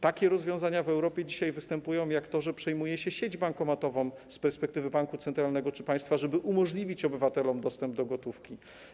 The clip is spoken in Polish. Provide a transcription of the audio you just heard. Takie rozwiązania w Europie dzisiaj występują, jak np. to, że przejmuje się sieć bankomatową z perspektywy banku centralnego czy państwa, żeby umożliwić obywatelom dostęp do gotówki.